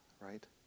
right